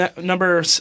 Number